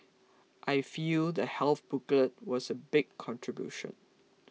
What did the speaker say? I feel the health booklet was a big contribution